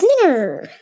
dinner